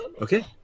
Okay